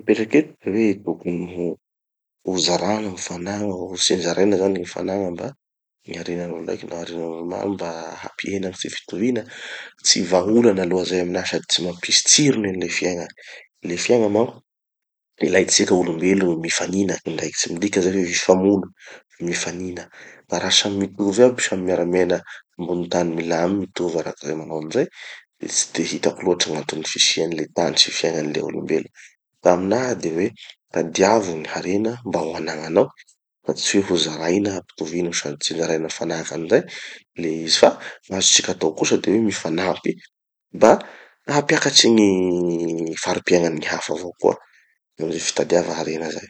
<gny fagnontania>mipetraky eto de hoe: tokony ho zarana gny fanagna, ho tsinjaraina gny fanagna mba, gny harenan'olo raiky na harenan'olo maro mba hampihena gny tsy fitoviana? Tsy vahaolana aloha zay aminaha sady tsy mampisy tsirony any le fiaigna. Le fiaigna manko, ilaitsika olom-belo gny mifanina kindraiky. Tsy midika zay hoe hifamono, mifanina. Fa raha samy mitovy aby, samy miara-miaina ambony tany, milamy mitovy araky ze rohogny zay, de tsy hitako loatsy gn'antony fisian'ny le tany sy fiaignan'ny le olom-belo. Aminaha de hoe, tadiavo ny harena mba hoanagnanao, fa tsy hoe hozaraina hampitovina no sady tsinjaraina mifanahaky amizay le izy. Fa gn'azotsika atao kosa de hoe mifanampy mba hampiakatry gny farim-piaignan'ny gny hafa avao koa amy ze fitadiava harena zay.